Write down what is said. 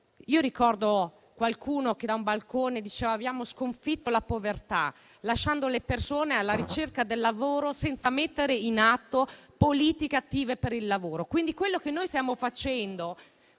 ricordo qualcuno che da un balcone diceva di aver sconfitto la povertà, lasciando le persone alla ricerca del lavoro, senza mettere in atto politiche attive per il lavoro. Noi stiamo quindi